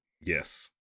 Yes